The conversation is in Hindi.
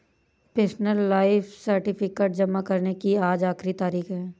पेंशनर लाइफ सर्टिफिकेट जमा करने की आज आखिरी तारीख है